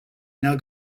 now